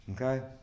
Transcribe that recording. Okay